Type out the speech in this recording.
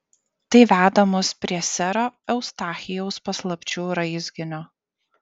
tai veda mus prie sero eustachijaus paslapčių raizginio